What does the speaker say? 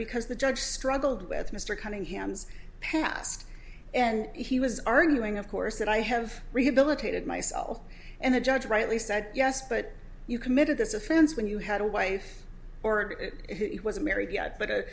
because the judge struggled with mr cunningham's past and he was arguing of course that i have rehabilitated myself and the judge rightly said yes but you committed this offense when you had a wife or it was married y